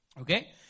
Okay